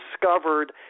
discovered